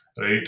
right